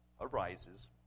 arises